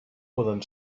poden